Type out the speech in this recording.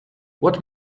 what